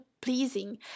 pleasing